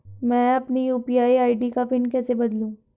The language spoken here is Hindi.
मैं अपनी यू.पी.आई आई.डी का पिन कैसे बदलूं?